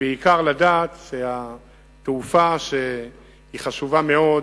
ובעיקר לדעת שהתעופה, שהיא חשובה מאוד,